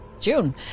june